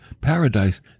paradise